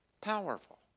powerful